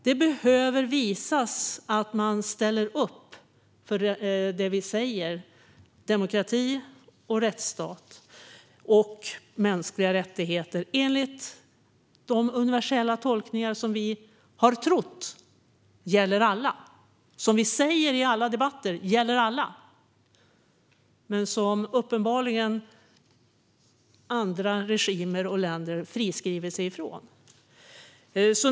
Vi behöver visa att vi ställer upp för det vi säger om demokrati, rättsstat och mänskliga rättigheter enligt de universella tolkningar som vi har trott gäller alla. I alla debatter säger vi ju att de gäller alla. Uppenbarligen friskriver sig dock andra länder och regimer från dem.